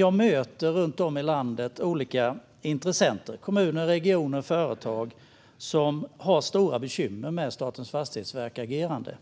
Jag möter runt om i landet olika intressenter - kommuner, regioner och företag - som har stora bekymmer med Statens fastighetsverks agerande.